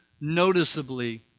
noticeably